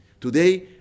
Today